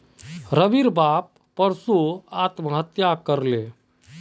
रविर बाप परसो आत्महत्या कर ले